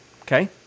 okay